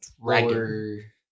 dragon